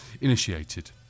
initiated